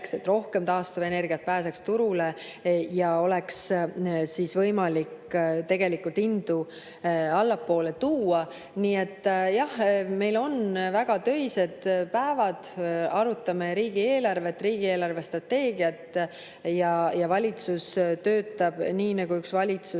et rohkem taastuvenergiat pääseks turule ja oleks võimalik tegelikult hindu allapoole tuua. Nii et jah, meil on väga töised päevad, arutame riigieelarvet, riigi eelarvestrateegiat. Valitsus töötab nii, nagu üks valitsus